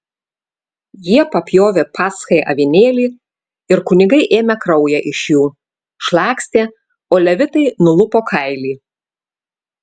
jie papjovė paschai avinėlį ir kunigai ėmė kraują iš jų šlakstė o levitai nulupo kailį